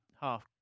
half